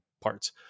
parts